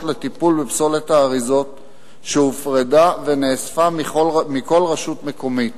לטיפול בפסולת האריזות שהופרדה ונאספה מכל רשות מקומית,